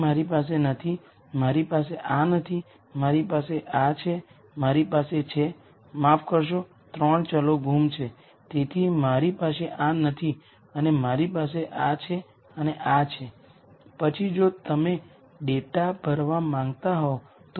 તેથી હું આને A તરીકે કહી શકું છું હું આ v ને ν₁ ν₂ બધી રીતે vn સુધી વિસ્તૃત કરીશ ધ્યાન માં લો કે આ બધા v ના કોમ્પોનન્ટ છે